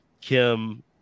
kim